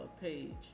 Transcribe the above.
page